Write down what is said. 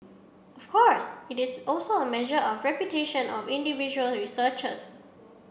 of course it is also a measure of reputation of individual researchers